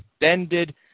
extended